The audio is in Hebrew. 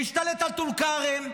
להשתלט על טול כרם,